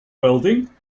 welding